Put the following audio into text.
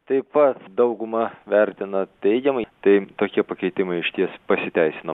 taip pat dauguma vertina teigiamai tai tokie pakeitimai išties pasiteisino